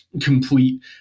complete